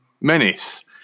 Menace